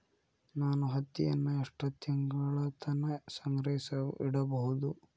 ನಾನು ಹತ್ತಿಯನ್ನ ಎಷ್ಟು ತಿಂಗಳತನ ಸಂಗ್ರಹಿಸಿಡಬಹುದು?